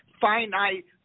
finite